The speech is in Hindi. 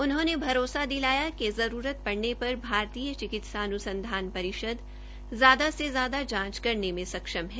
उन्होंने भरोसा दिलाया कि आवश्यकता पड़ने पर भारतीय चिकित्सा अनुसंधान परिषद ज्यादा से ज्यादा जांच करने में सक्षम है